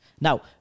Now